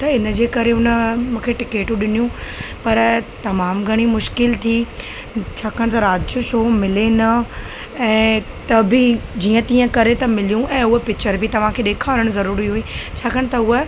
त इन जे करे उन मूंखे उन टिकटियूं ॾिनियूं पर तमामु घणी मुश्किल थी छाकाणि त राति जो शो मिले न ऐं त बि जीअं तीअं करे त मिलियूं ऐं उहा पिचर बि तव्हांखे ॾेखारणु ज़रूरी हुई छाकाणि त उहा